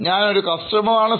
ഞാൻ കസ്റ്റമർ ആണ്